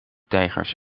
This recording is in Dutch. tijgers